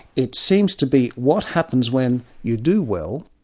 it seems to be what happens when you do well,